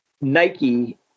Nike